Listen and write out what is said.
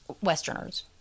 Westerners